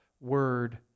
word